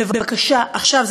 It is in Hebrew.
בבקשה, עכשיו.